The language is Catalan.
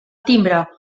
timbre